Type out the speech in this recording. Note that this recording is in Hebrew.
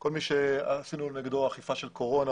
כל מי שעשינו נגדו אכיפה של קורונה,